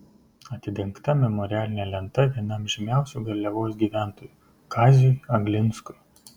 atidengta memorialinė lenta vienam žymiausių garliavos gyventojų kaziui aglinskui